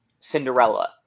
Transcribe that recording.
Cinderella